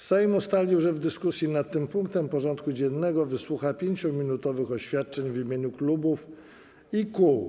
Sejm ustalił, że w dyskusji nad tym punktem porządku dziennego wysłucha 5-minutowych oświadczeń w imieniu klubów i kół.